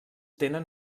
tenen